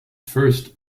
first